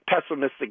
pessimistic